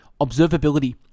Observability